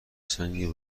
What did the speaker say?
سنگ